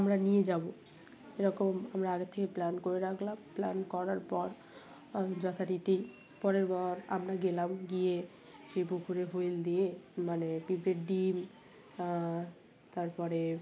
আমরা নিয়ে যাব এরকম আমরা আগের থেকে প্ল্যান করে রাখলাম প্ল্যান করার পর যথারীতি পরের বার আমরা গেলাম গিয়ে সেই পুকুরে হুইল দিয়ে মানে পিঁপড়ের ডিম তার পরে